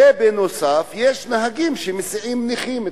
ונוסף על זה יש נהגים שמסיעים נכים,